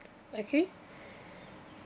okay